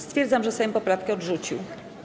Stwierdzam, że Sejm poprawkę odrzucił.